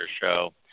show